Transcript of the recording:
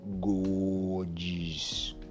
gorgeous